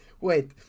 wait